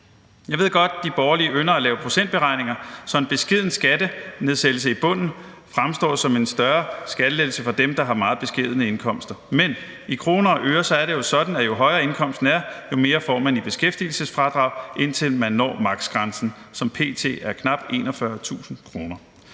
Jeg ved godt, at de borgerlige ynder at lave procentberegninger, så en beskeden skattenedsættelse i bunden fremstår som en større skattelettelse for dem, der har meget beskedne indkomster; men i kroner og øre er det jo sådan, at jo højere indkomsten er, jo mere får man i beskæftigelsesfradrag, indtil man når maks.-grænsen, som p.t. er knap 41.000 kr.